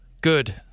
Good